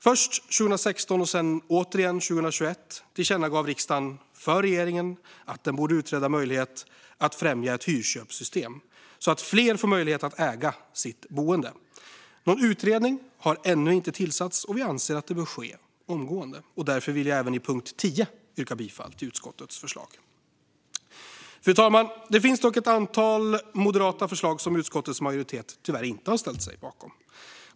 Först 2016 och sedan återigen 2021 tillkännagav riksdagen för regeringen att den borde utreda möjligheten att främja ett hyrköpssystem, så att fler får möjlighet att äga sitt boende. Någon utredning har ännu inte tillsatts. Vi anser att det bör ske omgående. Därför vill jag även under punkt 10 yrka bifall till utskottets förslag. Fru talman! Det finns dock ett antal moderata förslag som utskottets majoritet tyvärr inte har ställt sig bakom.